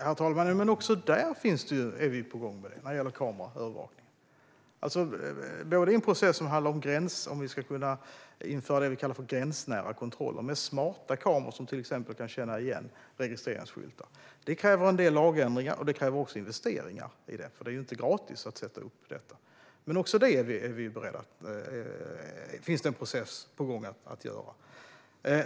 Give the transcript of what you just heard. Herr talman! Även när det gäller kameraövervakningen är vi ju på gång. Det sker en process som handlar om att vi ska kunna införa det vi kallar för gränsnära kontroller med smarta kameror som till exempel kan känna igen registreringsskyltar. Det kräver en del lagändringar, och det kräver också investeringar, för det är inte gratis att sätta upp detta. Men även det här finns det en process på gång för att göra.